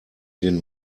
den